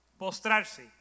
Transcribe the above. postrarse